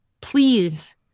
Please